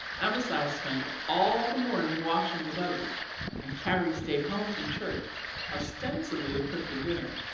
amasai spent all the morning washing the buggy and carrie stayed home from church ostensibly to cook the dinner,